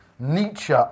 Nietzsche